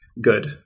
good